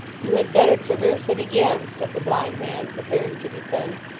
you had better traverse it again said the blind man, preparing to descend,